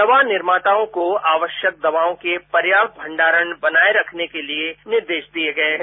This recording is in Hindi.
दवा निर्माताओं को आवश्यक दवाओं के पर्याप्त भंडारण बनाये रखने के लिए निर्देश दिये गये है